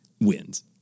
wins